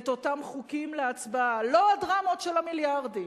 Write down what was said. את אותם חוקים להצבעה, לא הדרמות של המיליארדים,